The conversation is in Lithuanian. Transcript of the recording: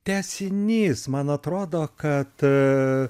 tęsinys man atrodo kad